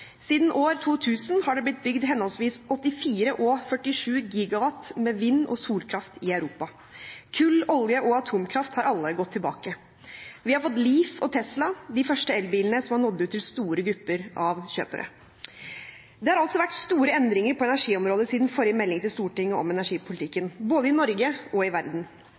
Siden år 2000 har det blitt bygd henholdsvis 84 og 47 gigawatt med vind- og solkraft i Europa. Kull, olje og atomkraft har alle gått tilbake. Vi har fått Leaf og Tesla, de første elbilene som har nådd ut til store grupper av kjøpere. Det har altså vært store endringer på energiområdet siden forrige melding til Stortinget om energipolitikken, både i Norge og i verden.